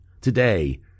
today